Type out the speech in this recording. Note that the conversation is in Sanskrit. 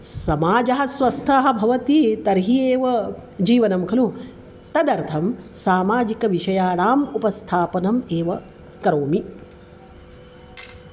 समाजः स्वस्थः भवति तर्हि एव जीवनं खलु तदर्थं सामाजिकविषयाणाम् उपस्थापनम् एव करोमि